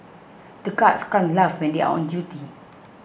the guards can't laugh when they are on duty